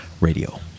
radio